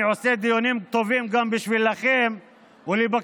אני עושה דיונים טובים גם בשבילכם ולבקשתכם,